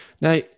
now